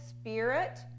spirit